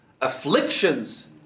afflictions